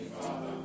Father